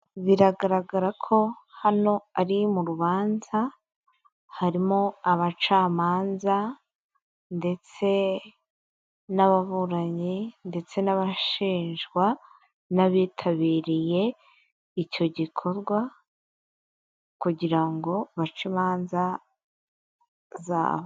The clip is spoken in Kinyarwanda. Biragaragara ko hano ari mu rubanza harimo abacamanza ndetse n'ababuranyi ndetse n'abashinjwa n'abitabiriye icyo gikorwa kugira ngo bace imanza zabo.